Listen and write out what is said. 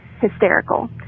hysterical